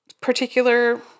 particular